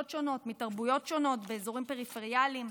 שונות מתרבויות שונות באזורים פריפריאליים,